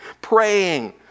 praying